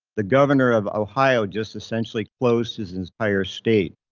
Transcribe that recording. the governor of ohio just essentially closed his entire state.